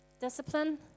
discipline